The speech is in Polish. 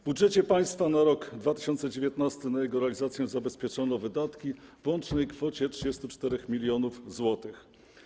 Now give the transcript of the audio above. W budżecie państwa na rok 2019 na jego realizację zabezpieczono wydatki w łącznej kwocie 34 mln zł.